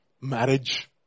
Marriage